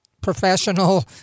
professional